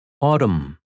Autumn